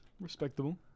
respectable